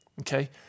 Okay